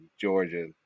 Georgia